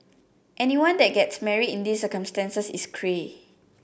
anyone that gets married in these circumstances is cray